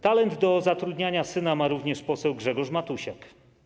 Talent do zatrudniania syna ma również poseł Grzegorz Matusiak.